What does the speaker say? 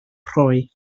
rhoi